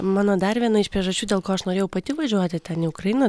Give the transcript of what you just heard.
mano dar viena iš priežasčių dėl ko aš norėjau pati važiuoti ten į ukrainą